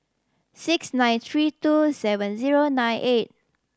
six nine three two seven zero nine eight